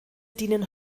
dienen